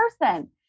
person